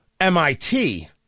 MIT